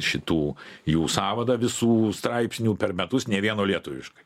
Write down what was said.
šitų jų sąvadą visų straipsnių per metus nė vieno lietuviškai